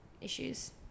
issues